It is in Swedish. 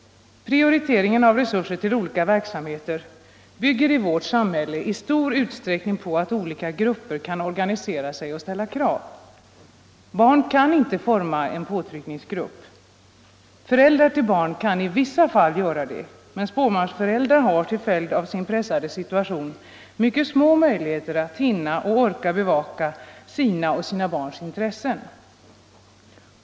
Prioriteringen av resurser till olika verksamheter bygger i vårt samhälle i stor utsträckning på att olika grupper kan organisera sig och ställa krav. Barn kan inte forma en påtryckningsgrupp. Föräldrar kan i vissa fall göra det, men småbarnsföräldrar har till följd av sin pressade situation mycket små möjligheter att hinna orka bevaka sina och sina barns intressen.